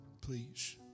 please